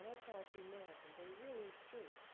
it's hard to imagine, but it really is true.